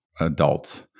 adults